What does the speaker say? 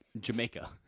Jamaica